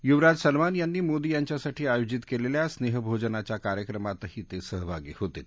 युवराज Salman यांनी मोदी यांच्यासाठी आयोजित केलेल्या स्नेह भोजनाच्या कार्यक्रमातही ते सहभागी होतील